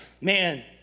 man